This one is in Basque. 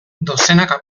dozenaka